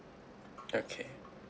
okay